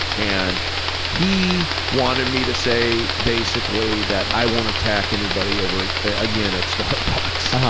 and he wanted me to say basically that i won't attack anybody ever again at starbucks. ah